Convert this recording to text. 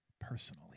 personally